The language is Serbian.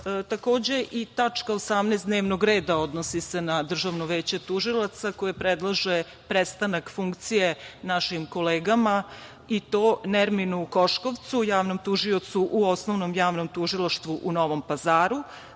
i tačka 18. dnevnog reda odnosi se na DVT, koje predlaže prestanak funkcije našim kolegama i to Nerminu Koškovcu, javnom tužiocu u Osnovnom javnom tužilaštvu u Novom Pazaru,